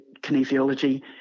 kinesiology